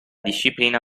disciplina